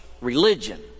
religion